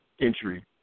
entry